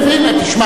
תשמע,